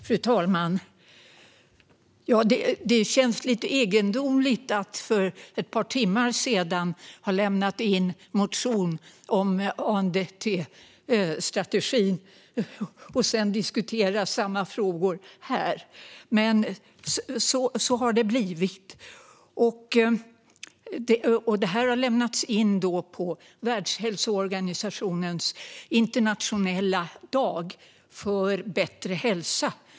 Fru talman! Det känns lite egendomligt att för ett par timmar sedan ha lämnat in en motion om ANDT-strategin och sedan diskutera samma frågor här. Men så har det blivit. Motionen har lämnats in på Världshälsoorganisationens internationella dag för bättre hälsa.